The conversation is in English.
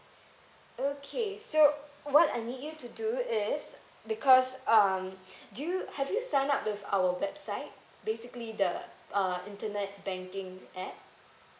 okay so what I need you to do is because um do you have you sign up with our website basically the uh internet banking app